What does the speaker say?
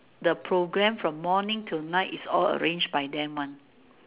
the programme from morning to night is all arranged by them one